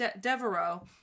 Devereaux